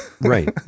right